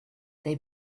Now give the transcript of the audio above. they